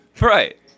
Right